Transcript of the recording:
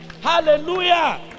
Hallelujah